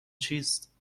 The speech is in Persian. چیست